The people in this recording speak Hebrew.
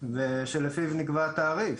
שלפיו נקבע התעריף.